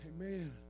Amen